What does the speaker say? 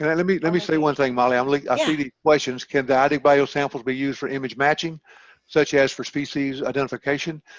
yeah let me let me say one thing molly i'm like seeing the question, can ah idigbio samples be used for image matching such as for species identification